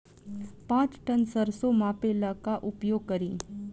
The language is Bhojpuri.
पाँच टन सरसो मापे ला का उपयोग करी?